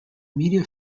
media